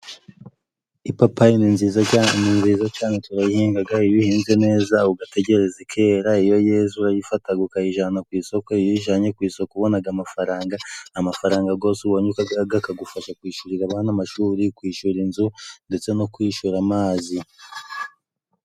Ipapayi ni nziza cyane turayihinga，iyo uyihinze neza ugategereza ikera， iyo yeze urayifata ukayijyana ku isoko，iyo uyijyanye ku isoko ubona amafaranga，amafaranga yose ubonye akagufasha kwishyurira abana amashuri，kwishyura inzu ndetse no kwishyura amazi.